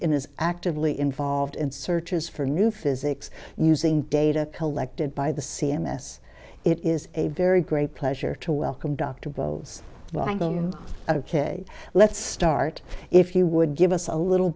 in is actively involved in searches for new physics using data collected by the c m s it is a very great pleasure to welcome dr balls ok let's start if you would give us a little